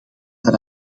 daar